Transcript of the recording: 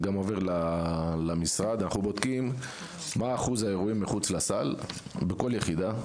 זה גם עובר למשרד אנחנו בודקים מה אחוז האירועים מחוץ לסל בכל יחידה,